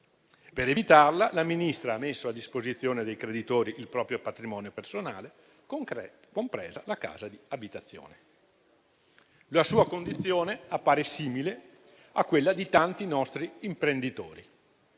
Per evitarla, la Ministra ha messo a disposizione dei creditori il proprio patrimonio personale, compresa la casa di abitazione. La sua condizione appare simile a quella di tanti nostri imprenditori.